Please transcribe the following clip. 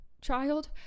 child